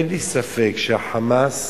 אין לי ספק שה"חמאס"